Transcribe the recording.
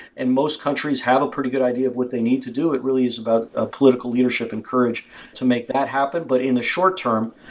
and most countries also have a pretty good idea of what they need to do. it really is about ah political leadership and courage to make that happen. but in the short term,